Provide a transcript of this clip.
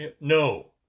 No